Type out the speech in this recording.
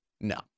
No